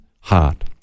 heart